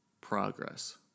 progress